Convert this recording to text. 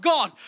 God